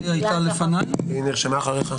יושב ראש הוועדה,